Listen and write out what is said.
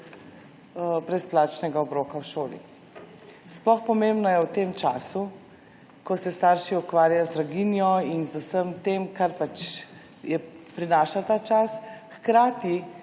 brezplačnega obroka v šoli. Še posebej pomembno je v tem času, ko se starši ukvarjajo z draginjo in z vsem tem, kar pač je oziroma prinaša ta čas, hkrati